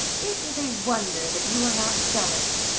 it is a wonder that you are not jealous,